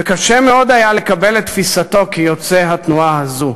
וקשה מאוד היה לקבל את תפיסתו כיוצא התנועה הזאת.